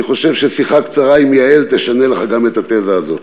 אני חושב ששיחה קצרה עם יעל תשנה לך גם את התזה הזאת.